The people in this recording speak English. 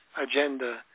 agenda